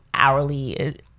hourly